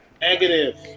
Negative